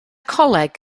coleg